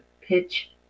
pitch